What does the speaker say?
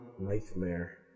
Nightmare